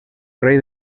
rey